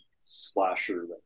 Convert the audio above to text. slasher